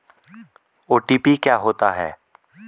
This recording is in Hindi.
ओ.टी.पी क्या होता है?